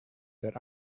that